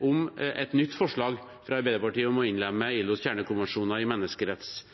om et nytt forslag fra Arbeiderpartiet om å innlemme ILOs kjernekonvensjoner i